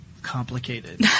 Complicated